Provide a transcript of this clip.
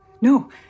No